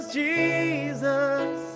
jesus